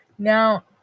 Now